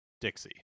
Dixie